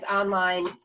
online